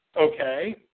okay